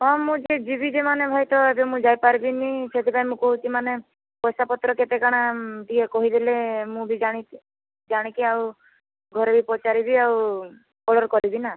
ହଁ ମୁଁ ଯିବି ଯେ ମାନେ ଭାଇ ତ ଏବେ ମୁଁ ଯାଇପାରିବିନି ସେଥିପାଇଁ କହୁଛି ମାନେ ପଇସାପତ୍ର କେତେ କାଣା ଟିକିଏ କହିଦେଲେ ମୁଁ ବି ଜାଣି ଜଣିକି ଆଉ ଘରେ ବି ପଚାରିବି ଆଉ ଅର୍ଡ଼ର୍ କରିବି ନା